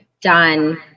done